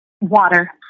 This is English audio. Water